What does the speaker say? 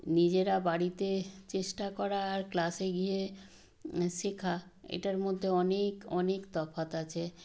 নিজেরা বাড়িতে চেষ্টা করা আর ক্লাসে গিয়ে শেখা এটার মধ্যে অনেক অনেক তফাৎ আছে